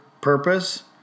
purpose